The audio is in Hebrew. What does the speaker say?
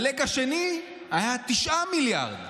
ה-leg השני היה 9 מיליארד.